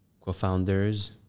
co-founders